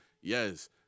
yes